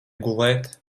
gulēt